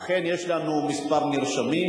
אכן יש לנו כמה נרשמים.